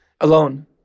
alone